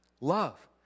love